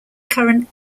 current